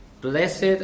Blessed